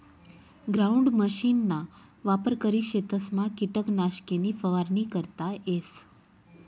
ground मशीनना वापर करी शेतसमा किटकनाशके नी फवारणी करता येस